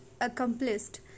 accomplished